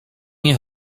nie